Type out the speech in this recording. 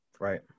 right